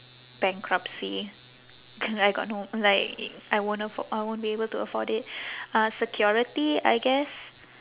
bankruptcy c~ I got no like I won't affo~ I won't be able to afford it uh security I guess